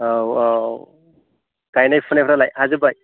औ औ गायनाय फुनायफ्रालाय हाजोब्बाय